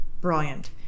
brilliant